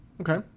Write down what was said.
Okay